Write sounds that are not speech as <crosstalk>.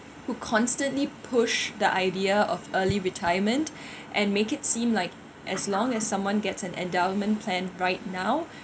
who constantly push the idea of early retirement <breath> and make it seem like as long as someone gets an endowment plan right now